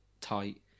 tight